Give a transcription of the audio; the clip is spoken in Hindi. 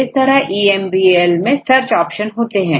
इस तरहEMBL मैं सर्च ऑप्शन होते हैं